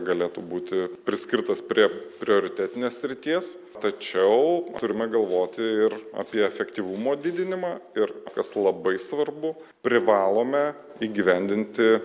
galėtų būti priskirtas prie prioritetinės srities tačiau turime galvoti ir apie efektyvumo didinimą ir kas labai svarbu privalome įgyvendinti